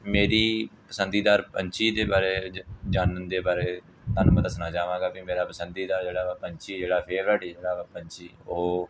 ਮੇਰੀ ਪਸੰਦੀਦਾਰ ਪੰਛੀ ਦੇ ਬਾਰੇ ਜਾਣਨ ਦੇ ਬਾਰੇ ਤੁਹਾਨੂੰ ਮੈਂ ਦੱਸਣਾ ਚਾਹਵਾਂਗਾ ਵੀ ਮੇਰਾ ਪਸੰਦੀਦਾ ਜਿਹੜਾ ਵਾ ਪੰਛੀ ਜਿਹੜਾ ਫੇਵਰੇਟ ਜਿਹੜਾ ਵਾ ਪੰਛੀ ਉਹ